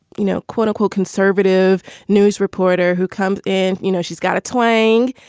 you know, quote unquote, conservative news reporter who comes in. you know, she's got a twang,